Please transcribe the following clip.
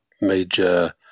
major